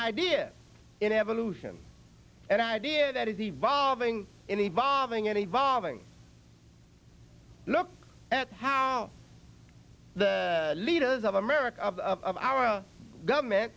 idea in evolution an idea that is evolving in evolving and evolving look at how the leaders of america of our government